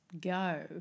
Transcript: go